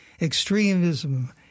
extremism